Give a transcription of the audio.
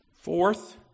Fourth